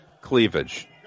cleavage